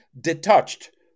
detached